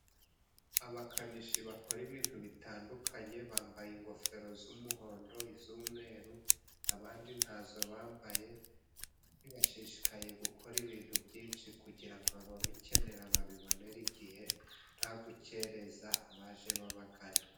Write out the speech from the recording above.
Abakanishi bakora ibintu bitandukanye bambaye ingofero z'umuhondo, iz'umweru, abandi ntazo bambaye. Bashishikariye gukora ibintu byinshi, kugira ngo ababikenera babibonere igihe, nta gukerereza abaje babagana.